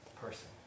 person